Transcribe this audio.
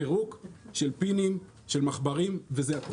פירוק של פינים ושל מכברים וזה הכול.